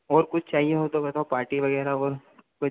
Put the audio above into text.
और कुछ चाहिए हो तो बताओ पार्टी वगैरह और कुछ